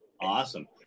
awesome